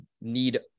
need